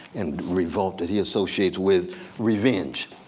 and revolt that he associates with revenge.